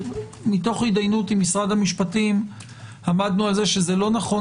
מתוך הידיינות עם משרד המשפטים עמדנו על זה שזה לא נכון